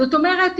זאת אומרת,